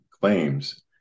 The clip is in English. claims